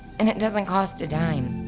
and it doesn't cost a dime.